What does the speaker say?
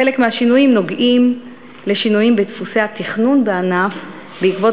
חלק מהשינויים נוגעים לשינויים בדפוסי התכנון בענף בעקבות